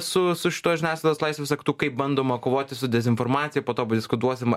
su su šituo žiniasklaidos laisvės aktu kaip bandoma kovoti su dezinformacija poto padiskutuosim